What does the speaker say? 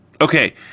okay